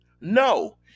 No